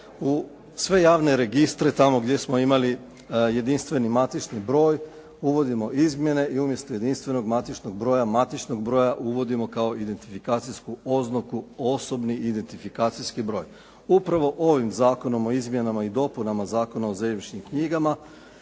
u sve javne registre tamo gdje smo imali jedinstveni matični broj uvodimo izmjene i umjesto jedinstvenog matičnog broja, matičnog broja uvodimo kao identifikacijsku oznaku osobni identifikacijski broj. Upravo ovim Zakonom o izmjenama i dopunama Zakona o zemljišnim knjigama